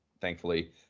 thankfully